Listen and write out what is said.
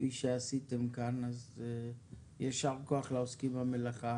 כפי שעשיתם כן, אז יישר כוח לעוסקים במלאכה,